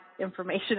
information